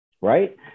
right